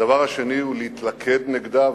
הדבר השני הוא להתלכד נגדה,